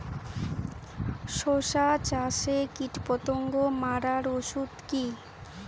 শসা চাষে কীটপতঙ্গ মারার ওষুধ কি?